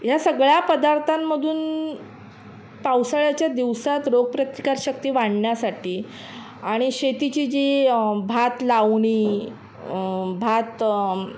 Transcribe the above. या सगळ्या पदार्थांमधून पावसाळ्याच्या दिवसात रोगप्रतिकारशक्ती वाढण्यासाठी आणि शेतीची जी भात लावणी भात